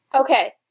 Okay